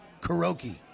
karaoke